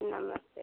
नमस्ते